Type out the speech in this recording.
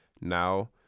Now